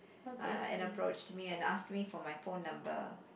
uh and approached me and ask me for my phone number